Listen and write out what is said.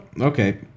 okay